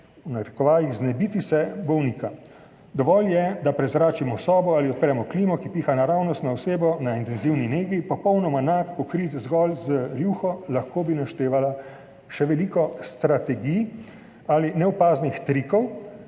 elegantno, »znebiti se« bolnika. Dovolj je, da prezračimo sobo ali odpremo klimo, ki piha naravnost na osebo na intenzivni negi, popolnoma nagega, pokrit zgolj z rjuho. Lahko bi naštevala še veliko »strategij« ali neopaznih »trikov«,